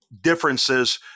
differences